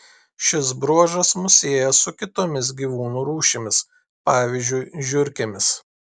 šis bruožas mus sieja su kitomis gyvūnų rūšimis pavyzdžiui žiurkėmis